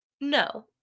No